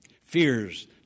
fears